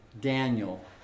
daniel